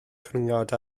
cwningod